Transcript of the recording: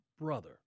brother